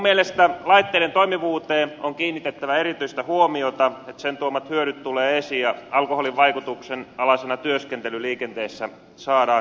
mielestäni laitteiden toimivuuteen on kiinnitettävä erityistä huomiota että niiden tuomat hyödyt tulevat esiin ja alkoholin vaikutuksen alaisena työskentely liikenteessä saadaan kitkettyä pois